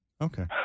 okay